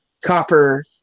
Copper